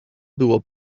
było